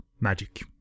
magic